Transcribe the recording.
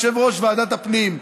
יושב-ראש ועדת הפנים,